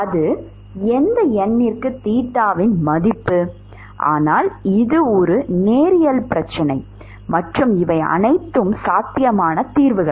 அது எந்த n க்கும் தீட்டாவின் மதிப்பு ஆனால் இது ஒரு நேரியல் பிரச்சனை மற்றும் இவை அனைத்தும் சாத்தியமான தீர்வுகள்